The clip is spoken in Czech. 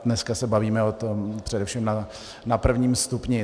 Dnes se bavíme o tom především na prvním stupni.